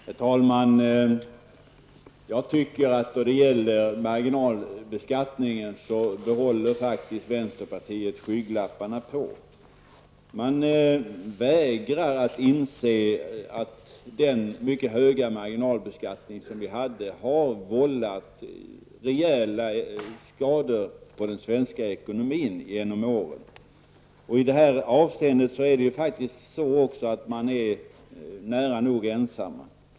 Herr talman! Jag tycker att vänsterpartiet behåller skygglapparna på när det gäller marginalbeskattningen. Man vägrar att inse att den mycket höga marginalbeskattning som vi hade har vållat rejäla skador på den svenska ekonomin genom åren. I det avseendet är man nära nog ensam.